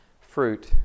fruit